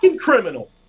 criminals